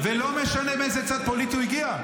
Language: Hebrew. -- ולא משנה מאיזה צד פוליטי הוא הגיע.